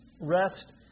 Rest